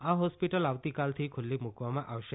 આ હોસ્પિટલ આવતીકાલથી ખુલ્લી મૂકવામાં આવશે